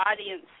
audience